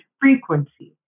frequency